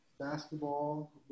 basketball